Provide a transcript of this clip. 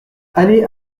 allées